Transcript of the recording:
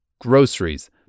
Groceries